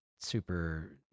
super